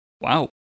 Wow